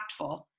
impactful